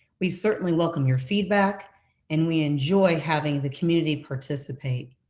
we certainly welcome your feedback and we enjoy having the community participate.